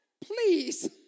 Please